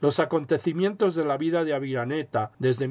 los acontecimientos de la vida de aviraneta desde